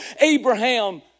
Abraham